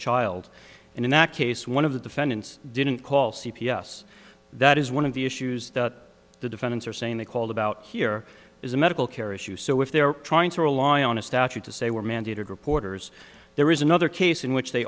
child and in that case one of the defendants didn't call c p s that is one of the issues that the defendants are saying they called about here is a medical care issue so if they're trying to rely on a statute to say were mandated reporters there is another case in which they